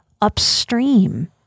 upstream